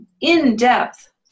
in-depth